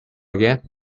again